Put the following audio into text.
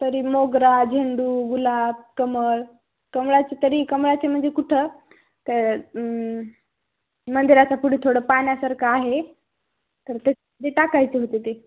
तरी मोगरा झेंडू गुलाब कमळ कमळाचे तरी कमळाचे म्हणजे कुठं त्या मंदिराच्या पुढे थोडं पाण्यासारखं आहे तर ते टाकायचे होते ते